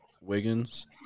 Wiggins